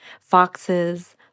Foxes